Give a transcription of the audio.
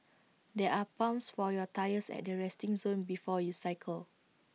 there are pumps for your tyres at the resting zone before you cycle